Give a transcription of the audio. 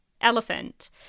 elephant